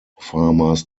farmers